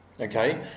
Okay